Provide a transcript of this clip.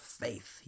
faith